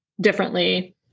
differently